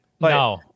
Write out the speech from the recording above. No